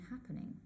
happening